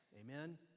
Amen